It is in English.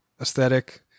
aesthetic